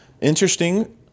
Interesting